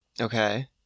Okay